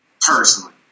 personally